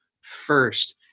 first